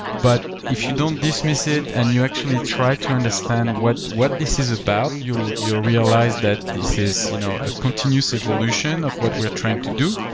but if you don't dismiss it and you actually try to understand what what this is about, you'll realize that this is you know a continues evolution of what we're trying to do.